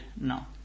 no